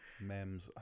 Memes